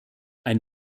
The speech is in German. ein